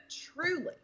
truly